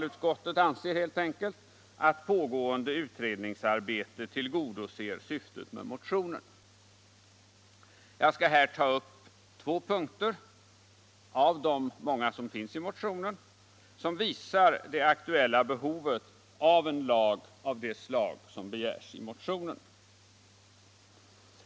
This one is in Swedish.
Utskottet anser helt enkelt att pågående utredningsarbete tillgodoser syftet med motionen. Jag skall här ta upp två punkter av de många som finns i motionen och som visar det aktuella behovet av en lag av det slag som begärs i motionen.